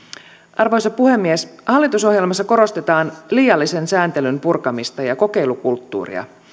arvoisa puhemies hallitusohjelmassa korostetaan liiallisen sääntelyn purkamista ja kokeilukulttuuria